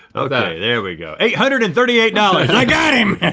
okay there we go. eight hundred and thirty eight dollars, and i got him!